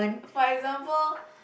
for example